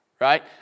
right